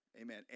Amen